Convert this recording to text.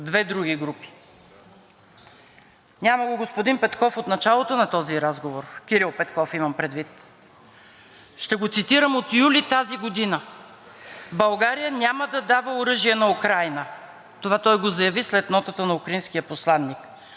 Ще го цитирам от юли тази година: „България няма да дава оръжие на Украйна!“ Това той го заяви след нотата на украинския посланик. Това, което сме обещали, че няма да даваме оръжие, това ще направим. Нещо днес се е променило очевидно?!